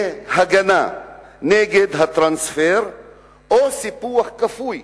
להגנה מהטרנספר או מסיפוח כפוי.